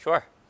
Sure